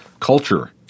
culture